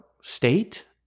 state